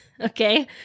Okay